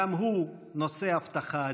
גם הוא נושא הבטחה אדירה.